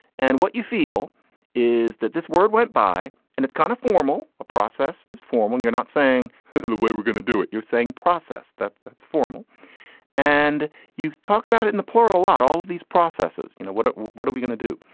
and what you feel is that this word went by and it's kind of formal. formal. a process is formal. you're not saying to the way we're gonna do it. you're saying process that that's formal and you talk about it in the plural a lot, all of these processes. you know what? what are we going to do?